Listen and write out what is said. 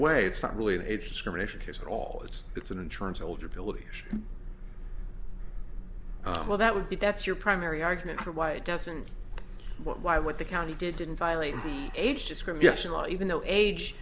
way it's not really an age discrimination case at all it's it's an insurance old ability well that would be that's your primary argument for why doesn't why what the county did didn't violate the age discrimination law even though age